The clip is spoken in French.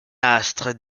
astre